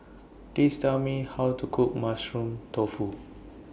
Please Tell Me How to Cook Mushroom Tofu